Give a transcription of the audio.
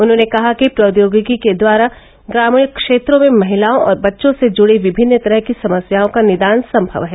उन्होंने कहा कि प्रौद्योगिकी के द्वारा ग्रामीण क्षेत्रों में महिलाओं और बच्चों से जुड़ी विभिन्न तरह की समस्याओं का निदान संभव है